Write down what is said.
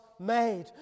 made